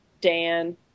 Dan